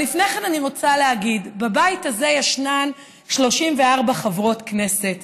אבל לפני כן אני רוצה להגיד: בבית הזה ישנן 34 חברות כנסת.